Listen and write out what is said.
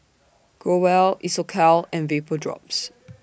Growell Isocal and Vapodrops